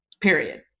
period